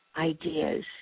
ideas